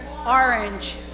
orange